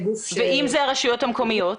ואם אלה הן הרשויות המקומיות?